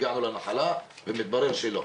הגענו לנחלה ומתברר שלא.